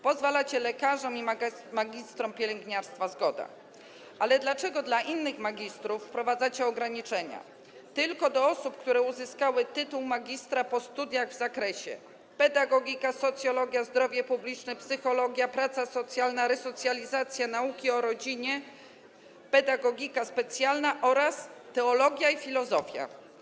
Pozwalacie lekarzom i magistrom pielęgniarstwa, zgoda, ale dlaczego w odniesieniu do innych magistrów wprowadzacie ograniczenia tylko do osób, które uzyskały tytuł magistra po studiach w zakresie pedagogiki, socjologii, zdrowia publicznego, psychologii, pracy socjalnej, resocjalizacji, nauk o rodzinie, pedagogiki specjalnej oraz teologii i filozofii?